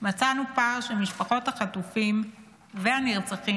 מצאנו פער שמשפחות החטופים והנרצחים